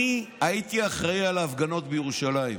אני הייתי אחראי על ההפגנות בירושלים,